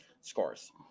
scores